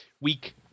weak